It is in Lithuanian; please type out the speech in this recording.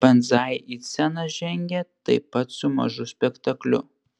banzai į sceną žengė taip pat su mažu spektakliu